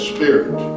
Spirit